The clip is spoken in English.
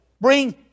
bring